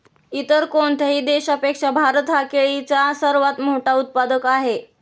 इतर कोणत्याही देशापेक्षा भारत हा केळीचा सर्वात मोठा उत्पादक आहे